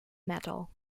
metal